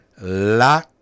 La